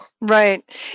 Right